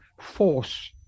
force